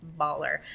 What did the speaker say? baller